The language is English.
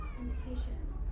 invitations